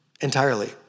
entirely